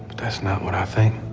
that is not what i think.